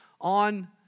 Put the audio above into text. on